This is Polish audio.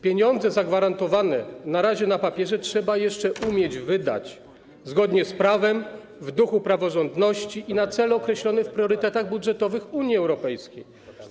Pieniądze zagwarantowane na razie na papierze trzeba jeszcze umieć wydać zgodnie z prawem, w duchu praworządności i na cele określone w priorytetach budżetowych Unii Europejskiej.